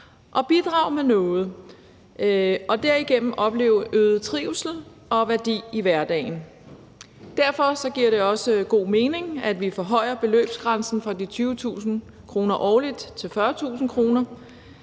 og bidrage med noget og derigennem opleve øget trivsel og værdi i hverdagen. Derfor giver det også god mening, at vi forhøjer beløbsgrænsen fra de 20.000 kr. årligt til 40.000 kr.